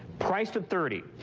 priced at thirty,